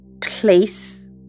place